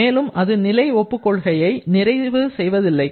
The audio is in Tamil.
மேலும் அது நிலை ஒப்புக் கொள்கையை நிறைவு செய்வதில்லை